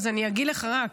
אז אני אגיד לך רק,